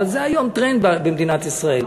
אבל זה היום טרנד במדינת ישראל.